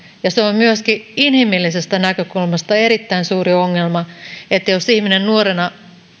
ja se on myöskin inhimillisestä näkökulmasta erittäin suuri ongelma että jos ihminen nuorena